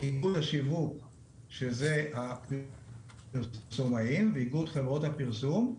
איגוד השיווק שזה הפרסומאים ואיגוד חברות הפרסום.